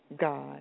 God